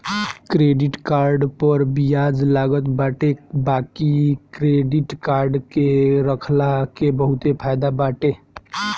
credit card पअ बियाज लागत बाटे बाकी क्क्रेडिट कार्ड के रखला के बहुते फायदा बाटे